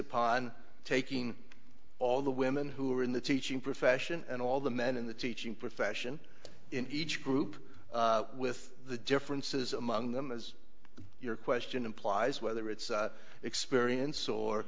upon taking all the women who are in the teaching profession and all the men in the teaching profession in each group with the differences among them as your question implies whether it's experience or